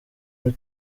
muri